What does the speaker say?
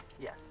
yes